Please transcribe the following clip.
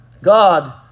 God